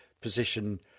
position